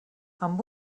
amb